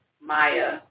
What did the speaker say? Maya